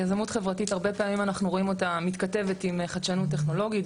יזמות חברתית הרבה פעמים אנחנו רואים אותה מתכתבת עם חדשנות טכנולוגית,